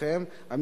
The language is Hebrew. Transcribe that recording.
?